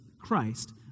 Christ